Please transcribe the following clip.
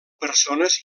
persones